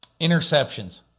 Interceptions